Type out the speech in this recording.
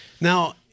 Now